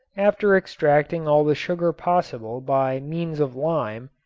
after extracting all the sugar possible by means of lime,